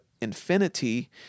infinity